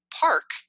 park